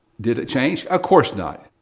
did it change? of course not.